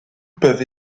peuvent